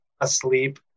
asleep